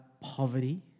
poverty